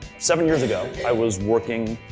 seven years ago i was working,